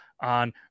on